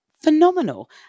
phenomenal